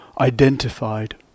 identified